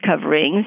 coverings